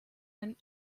ein